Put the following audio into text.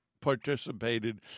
participated